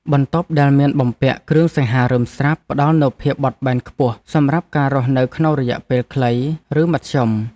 បន្ទប់ដែលមានបំពាក់គ្រឿងសង្ហារិមស្រាប់ផ្ដល់នូវភាពបត់បែនខ្ពស់សម្រាប់ការរស់នៅក្នុងរយៈពេលខ្លីឬមធ្យម។